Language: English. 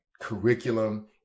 curriculum